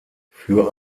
für